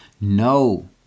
No